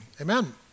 Amen